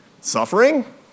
suffering